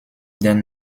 den